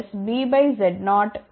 S212ABZ0CZ0D